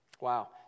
Wow